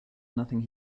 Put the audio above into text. nothing